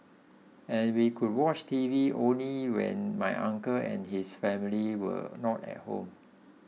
and we could watch TV only when my uncle and his family were not at home